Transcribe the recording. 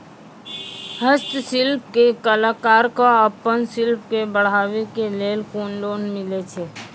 हस्तशिल्प के कलाकार कऽ आपन शिल्प के बढ़ावे के लेल कुन लोन मिलै छै?